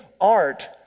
art